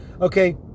okay